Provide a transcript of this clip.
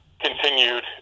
continued